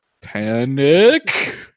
Panic